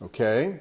Okay